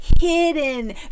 hidden